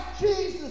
Jesus